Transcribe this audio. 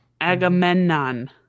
Agamemnon